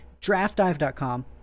draftdive.com